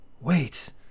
Wait